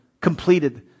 completed